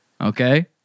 okay